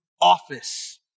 office